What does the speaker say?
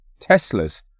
Teslas